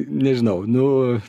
nežinau nu